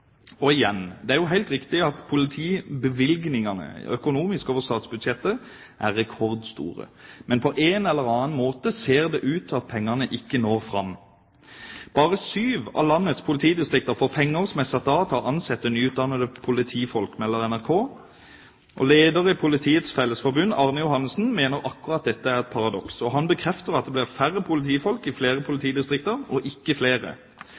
Og igjen: Det er helt riktig at politibevilgningene over statsbudsjettet er rekordstore, men på en eller annen måte ser det ut til at pengene ikke når fram. Bare syv av landets politidistrikter får penger som er satt av til å ansette nyutdannede politifolk, melder NRK. Lederen i Politiets Fellesforbund, Arne Johannessen, mener at akkurat dette er et paradoks. Han bekrefter at det blir færre politifolk i flere politidistrikter, ikke flere,